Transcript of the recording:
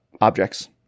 objects